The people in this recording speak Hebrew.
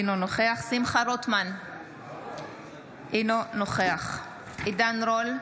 אינו נוכח שמחה רוטמן, אינו נוכח עידן רול,